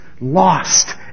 lost